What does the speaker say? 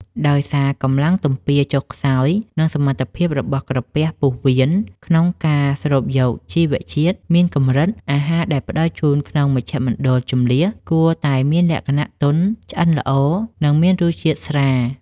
ដោយសារកម្លាំងទំពារចុះខ្សោយ និងសមត្ថភាពរបស់ក្រពះពោះវៀនក្នុងការស្រូបយកជីវជាតិមានកម្រិត អាហារដែលផ្តល់ជូនក្នុងមជ្ឈមណ្ឌលជម្លៀសគួរតែមានលក្ខណៈទន់ ឆ្អិនល្អ និងមានរសជាតិស្រាល។